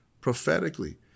prophetically